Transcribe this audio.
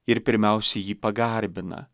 ir pirmiausia jį pagarbina